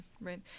right